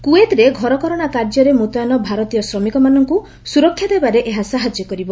କୁଏତ୍ରେ ଘରକରଣା କାର୍ଯ୍ୟରେ ମୁତୟନ ଭାରତୀୟ ଶ୍ରମିକମାନଙ୍କୁ ସୁରକ୍ଷା ଦେବାରେ ଏହା ସାହାଯ୍ୟ କରିବ